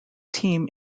team